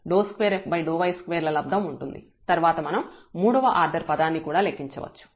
తర్వాత మనం మూడవ ఆర్డర్ పదాన్ని కూడా లెక్కించవచ్చు